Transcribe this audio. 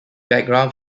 background